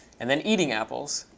and then eating apples,